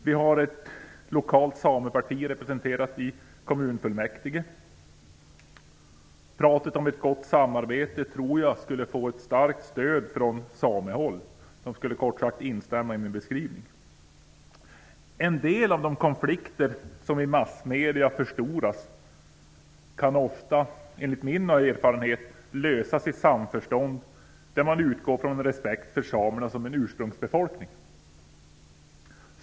Vi har ett lokalt sameparti representerat i kommunfullmäktige. Pratet om ett gott samarbete tror jag skulle få ett starkt stöd från samehåll. De skulle kort sagt instämma i min beskrivning. En del av de konflikter som förstoras i massmedierna kan ofta enligt min erfarenhet lösas i samförstånd, där man utgår från respekt för samerna som en ursprungsbefolkning.